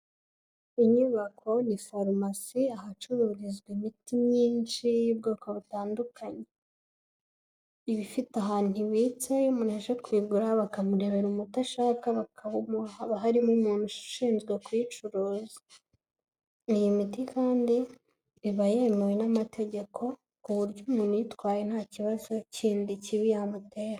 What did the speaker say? Inyubako ni farumasi ahacururizwa imiti myinshi y'ubwoko butandukanye, iba ifite ahantu ibitse, iyo umuntu aje kuyigura bakamurebera umuti ashaka bakawuha, haba harimo umuntu ushinzwe kuyicuza, iyi miti kandi iba yemewe n'amategeko ku buryo umuntu uyitwaye nta kibazo kindi kibi yamutera.